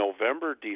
November